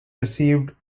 received